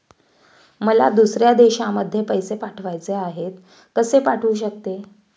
मला दुसऱ्या देशामध्ये पैसे पाठवायचे आहेत कसे पाठवू शकते?